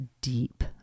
deep